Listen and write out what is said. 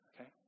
okay